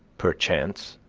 perchance,